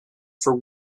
for